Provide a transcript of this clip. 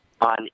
on